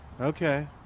Okay